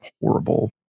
horrible